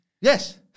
Yes